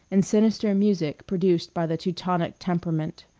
and sinister music produced by the teutonic temperament.